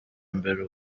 imbere